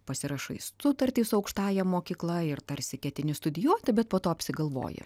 pasirašai sutartį su aukštąja mokykla ir tarsi ketini studijuoti bet po to apsigalvoji